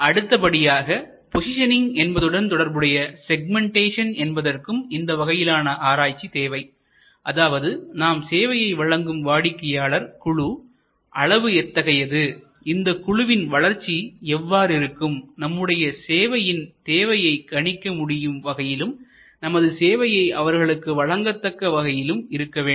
அடுத்தபடியாக போசிஷனிங் என்பதுடன் தொடர்புடைய செக்மெண்டேஷன் என்பதற்கும் இந்த வகையிலான ஆராய்ச்சி தேவை அதாவது நாம் சேவையை வழங்கும் வாடிக்கையாளர் குழு அளவு எத்தகையது இந்தக் குழுவின் வளர்ச்சி எவ்வாறு இருக்கும்நம்முடைய சேவையின் தேவையை கணிக்க முடியும் வகையிலும்நமது சேவையை அவர்களுக்கு வழங்கதக்க வகையிலும் இருக்க வேண்டும்